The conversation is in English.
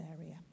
area